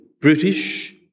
British